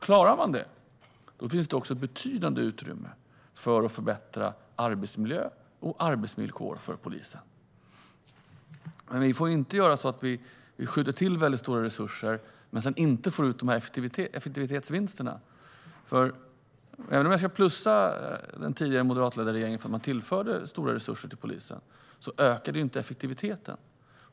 Om man klarar det finns det också betydande utrymme för att förbättra arbetsmiljö och arbetsvillkor för polisen. Det får dock inte bli på det sättet att det skjuts till stora resurser men att man sedan inte får ut effektivitetsvinsterna. Även om jag ska plussa den tidigare moderatledda regeringen för att de tillförde stora resurser till polisen ökade inte effektiviteten.